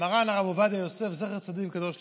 מרן הרב עובדיה יוסף, זכר צדיק וקדוש לברכה.